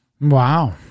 Wow